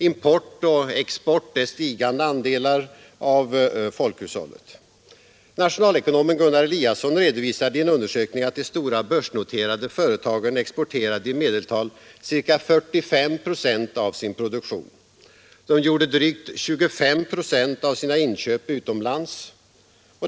Import och export är stigande andelar av folkhushållet. Nationalekonomen Gunnar Eliasson redovisade i en undersökning att de stora börsnoterade företagen exporterade i medeltal ca 45 procent av sin produktion. De gjorde drygt 25 procent av sina inköp utomlands.